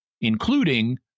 including